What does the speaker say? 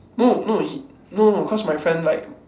no no he no no cause my friend like